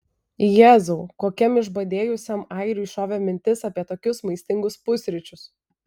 jėzau kokiam išbadėjusiam airiui šovė mintis apie tokius maistingus pusryčius